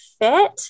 fit